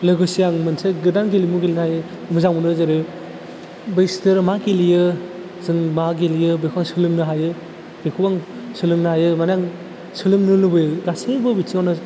लोगोसे आं मोनसे गोदान गेलेमु गेलेनो हायो मोजां मोनो जेरै बैसोरो मा गेलेयो जों मा गेलेयो बेखौ सोलोंनो हायो बेखौ आं सोलोंनो हायो मानि आं सोलोंनो लुबैयो गासैबो बिथिङावनो